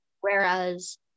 whereas